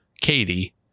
Katie